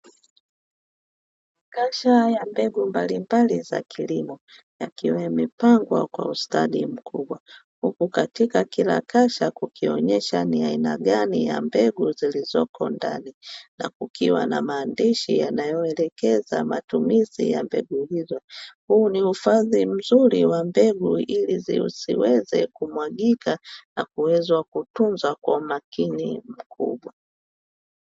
Kasha ya mbegu mbalimbali za kilimo yakiwa yamepangwa kwa ustadi mkubwa, huku katika kila kasha kukionyesha ni aina gani ya mbegu zilizoko ndani na kukiwa na maandishi yanayo elekeza matumizi ya mbegu hizo, huu ni uhifadhi mzuri wa mbegu ili zisiweze kumwagika na kuwezwa kutunzwa kwa umakini mkubwa.